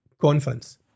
conference